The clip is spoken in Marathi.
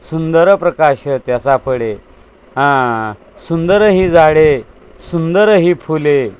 सुंदर प्रकाश त्याचा पडे सुंदरही झाडे सुंदरही फुले